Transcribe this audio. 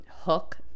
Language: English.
hook